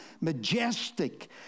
majestic